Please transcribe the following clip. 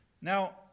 Now